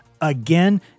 again